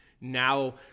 now